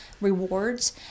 rewards